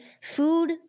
food